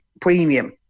premium